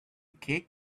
cake